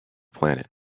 planet